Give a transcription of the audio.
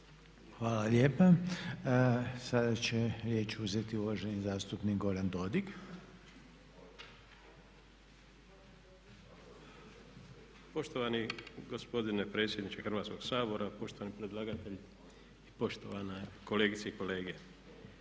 Hvala lijepa. Sada će riječ uzeti uvaženi zastupnik Goran Dodig. **Dodig, Goran (HDS)** Poštovani gospodine predsjedniče Hrvatskog sabora, poštovani predlagatelju i poštovane kolegice i kolege